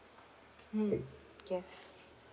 mm yes